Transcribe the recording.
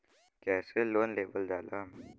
कैसे लोन लेवल जाला?